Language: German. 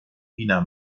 wiener